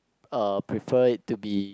uh prefer it to be